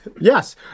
Yes